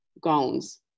gowns